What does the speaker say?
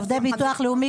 עובדי ביטוח לאומי,